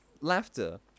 laughter